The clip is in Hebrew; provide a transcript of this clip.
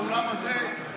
באולם הזה,